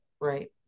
Right